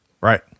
Right